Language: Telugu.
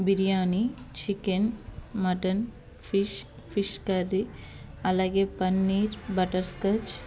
biryani chicken mutton fish fish curry అలాగే పన్నీర్ బటర్స్కాచ్